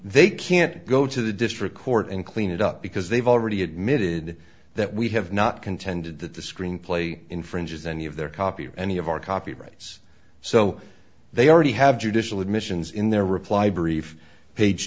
they can't go to the district court and clean it up because they've already admitted that we have not contended that the screenplay infringes any of their copy of any of our copyrights so they already have judicial admissions in their reply brief page